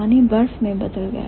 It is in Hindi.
पानी बर्फ में बदल गया